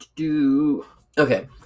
Okay